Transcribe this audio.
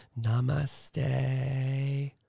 Namaste